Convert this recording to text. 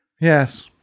Yes